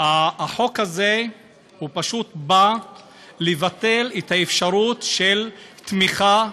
החוק הזה פשוט בא לבטל את האפשרות של תמיכה,